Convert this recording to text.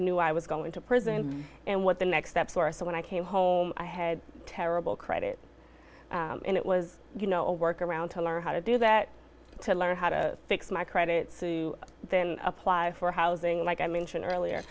knew i was going to prison and what the next steps were so when i came home i had terrible credit and it was you know work around to learn how to do that to learn how to fix my credit then apply for housing like i mentioned earlier